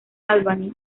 albany